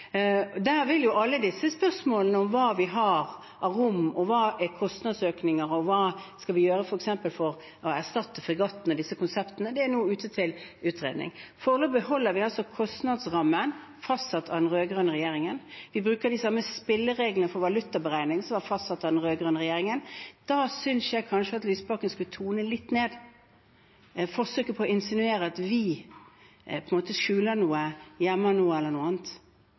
Alle disse spørsmålene om hva vi har av rom, hva som er kostnadsøkninger, og hva vi skal gjøre for f.eks. å erstatte fregatten, disse konseptene, er nå ute til utredning. Foreløpig holder vi altså kostnadsrammen fastsatt av den rød-grønne regjeringen. Vi bruker de samme spillereglene for valutaberegning som var fastsatt av den rød-grønne regjeringen. Da synes jeg kanskje at Lysbakken skulle tone litt ned forsøket på å insinuere at vi på en måte skjuler noe, gjemmer noe eller annet.